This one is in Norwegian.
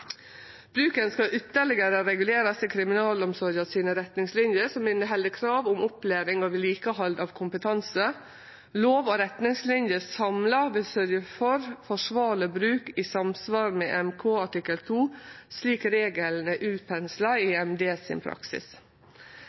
Bruken skal ytterlegare regulerast i kriminalomsorga sine retningslinjer, som inneheld krav om opplæring og vedlikehald av kompetanse. Lov og retningslinjer samla vil sørgje for forsvarleg bruk i samsvar med EMK artikkel 2, slik regelen er pensla ut i EMDs praksis.